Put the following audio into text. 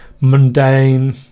mundane